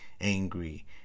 angry